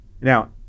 Now